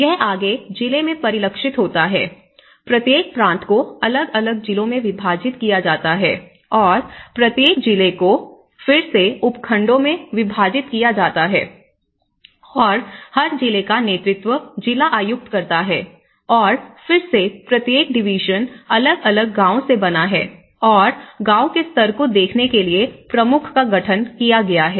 यह आगे जिले में परिलक्षित होता है प्रत्येक प्रांत को अलग अलग जिलों में विभाजित किया जाता है और प्रत्येक जिले को फिर से उपखंडों में विभाजित किया गया है और हर जिले का नेतृत्व जिला आयुक्त करता है और फिर से प्रत्येक डिवीजन अलग अलग गांवों से बना है और गांव के स्तर को देखने के लिए प्रमुख का गठन किया गया है